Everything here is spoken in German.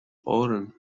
ohren